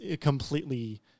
completely